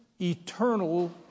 eternal